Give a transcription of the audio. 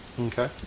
Okay